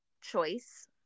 choice